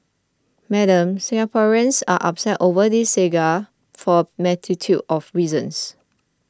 Madam Singaporeans are upset over this saga for a multitude of reasons